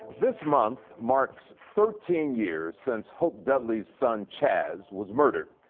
this month marks thirteen years since hope dudley's son chazz was murdered.